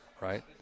right